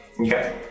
Okay